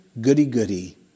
goody-goody